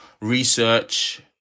research